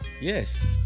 Yes